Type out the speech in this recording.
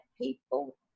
people